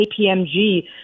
KPMG